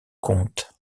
compte